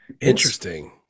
interesting